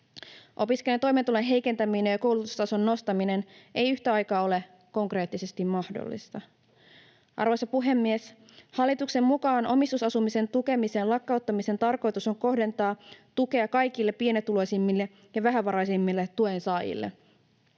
Opiskelijoiden toimeentulon heikentäminen ja koulutustason nostaminen ei yhtä aikaa ole konkreettisesti mahdollista. Arvoisa puhemies! Hallituksen mukaan omistusasumisen tukemisen lakkauttamisen tarkoitus on kohdentaa tukea kaikille pienituloisimmille ja vähävaraisimmille tuensaajille.